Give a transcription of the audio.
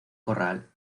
corral